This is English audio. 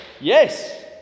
yes